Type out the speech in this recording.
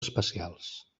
especials